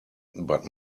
but